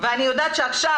ואני יודעת שעכשיו